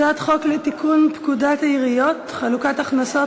היא הצעת חוק לתיקון פקודת העיריות (חלוקת הכנסות